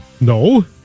No